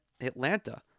Atlanta